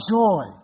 joy